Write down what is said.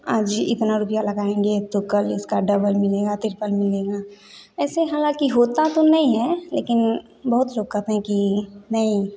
आज इतना रुपया लगाएंगे तो कल उसका डबल मिलेगा ट्रिपल मिलेगा ऐसे हालाँकि होता तो नहीं है लेकिन बहुत लोग कहते हैं कि नहीं